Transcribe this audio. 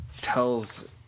tells